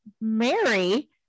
Mary